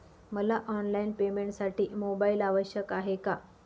मला ऑनलाईन पेमेंटसाठी मोबाईल आवश्यक आहे का?